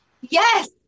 Yes